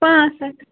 پانٛژھ ہتھ